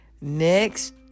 Next